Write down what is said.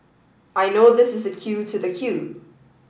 I know this is the queue to the queue